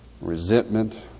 resentment